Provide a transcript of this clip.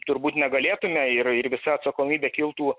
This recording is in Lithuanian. turbūt negalėtume ir ir visa atsakomybė kiltų